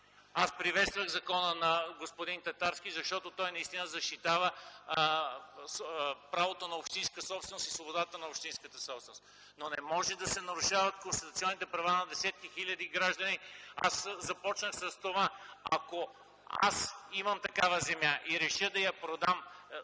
Аз приветствах законопроекта на господин Татарски, защото той наистина защитава правото на общинска собственост и свободата на общинската собственост, но не може да се нарушават конституционните права на десетки хиляди граждани! Започнах с това – ако имам такава земя и реша да я продам